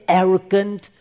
arrogant